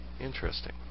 interesting